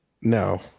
No